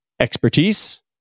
Expertise